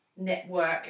network